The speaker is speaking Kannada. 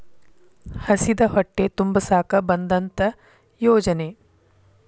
ಹಸಿದ ಹೊಟ್ಟೆ ತುಂಬಸಾಕ ಬಂದತ್ತ ಯೋಜನೆ